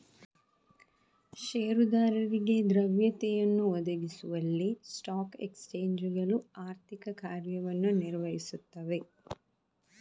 ಷೇರುದಾರರಿಗೆ ದ್ರವ್ಯತೆಯನ್ನು ಒದಗಿಸುವಲ್ಲಿ ಸ್ಟಾಕ್ ಎಕ್ಸ್ಚೇಂಜುಗಳು ಆರ್ಥಿಕ ಕಾರ್ಯವನ್ನು ನಿರ್ವಹಿಸುತ್ತವೆ